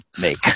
make